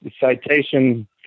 citation